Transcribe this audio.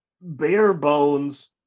bare-bones